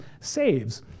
saves